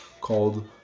called